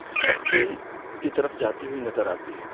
سختی کی طرف جاتی ہوئی نظر آتی ہے